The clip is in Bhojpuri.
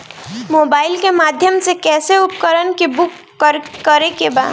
मोबाइल के माध्यम से कैसे उपकरण के बुक करेके बा?